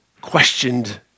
questioned